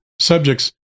subjects